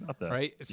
right